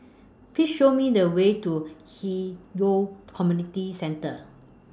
Please Show Me The Way to Hwi Yoh Community Centre